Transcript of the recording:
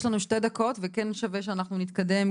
יש לנו שתי דקות וכן שווה שאנחנו נתקדם,